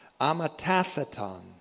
Amatathaton